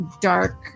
dark